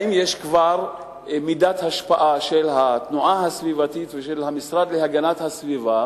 האם יש לתנועה הסביבתית ולהמשרד להגנת הסביבה